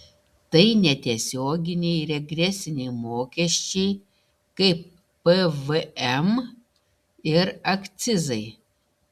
tai netiesioginiai regresiniai mokesčiai kaip pvm ir akcizai